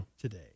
today